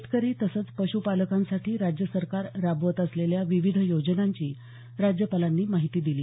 शेतकरी तसंच पशुपालकांसाठी राज्य सरकार राबवत असलेल्या विविध योजनांची राज्यपालांनी माहिती दिली